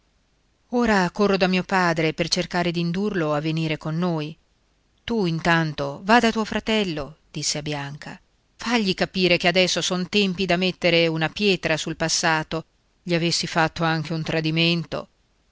ora corro da mio padre per cercare d'indurlo a venire con noi tu intanto va da tuo fratello disse a bianca fagli capire che adesso son tempi da mettere una pietra sul passato gli avessi fatto anche un tradimento